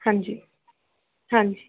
ਹਾਂਜੀ ਹਾਂਜੀ